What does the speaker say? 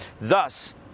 Thus